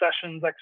sessions